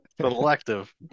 Selective